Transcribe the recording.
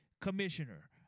Commissioner